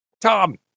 Tom